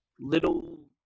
little